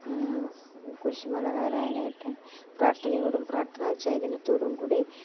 കുരിശ് മലകയറാനായിട്ട് പ്രാർത്ഥനയോടും പ്രാർത്ഥനാ ചൈതന്യത്തോടും കൂടി